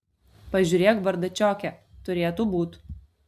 pažiūrėk bardačioke turėtų būt